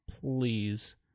Please